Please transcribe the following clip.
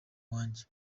wanjye